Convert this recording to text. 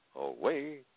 away